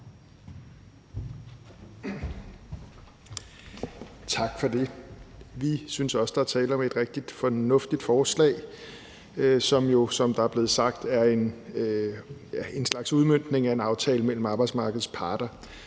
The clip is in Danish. Tak for det. Vi synes også, der er tale om et rigtig fornuftigt forslag, som jo, som det er blevet sagt, er en slags udmøntning af en aftale mellem arbejdsmarkedets parter,